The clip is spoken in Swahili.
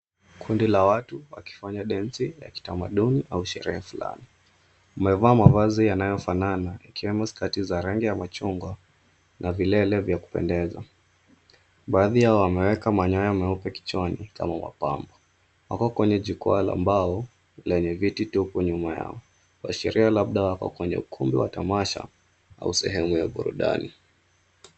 Kundi la watu wakifanya densi ya kitamaduni au sherehe flani. Wamevaa mavazi yanayofanana ikiwemo skati za rangi ya machungwa na vilele vya kupendeza. Baadhi yao wameeka manyoya meupe kichwani kama mapambo. Wako kwenye jukwa la mbao lenye viti tupu nyuma yao. Kwa sheria labda wako kwenye ukumbi wa tamasha au sehemu ya burudani.